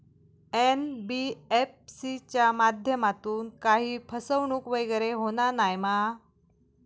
NBFC च्या माध्यमातून काही फसवणूक वगैरे होना नाय मा?